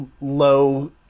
low